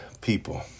people